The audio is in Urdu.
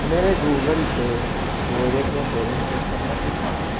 میرے گوگل پے ویلیٹ میں بیلنس چیک کرنا پلیز